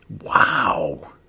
Wow